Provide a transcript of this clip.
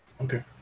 Okay